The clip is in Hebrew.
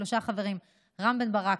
שלושה חברים: רם בן ברק,